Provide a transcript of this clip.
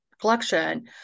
collection